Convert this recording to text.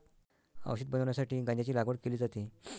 औषध बनवण्यासाठी गांजाची लागवड केली जाते